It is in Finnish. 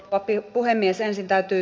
papin puhemies ensin täytyy